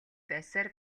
байсаар